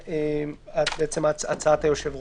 זו הצעת היושב-ראש.